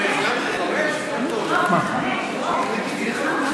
אדוני, על כל הודעה זה חמש דקות.